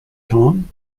tom